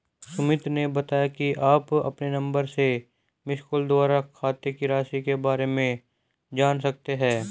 सुमित ने बताया कि आप अपने नंबर से मिसकॉल द्वारा खाते की राशि के बारे में जान सकते हैं